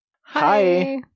hi